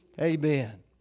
Amen